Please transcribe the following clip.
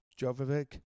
Jovovic